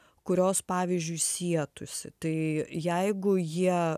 kurios pavyzdžiui sietųsi tai jeigu jie